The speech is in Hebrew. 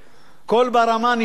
קול ברמה נשמע.